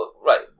Right